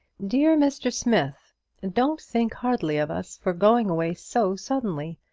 dear mr. smith don't think hardly of us for going away so suddenly.